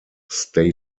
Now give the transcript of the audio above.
state